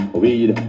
weed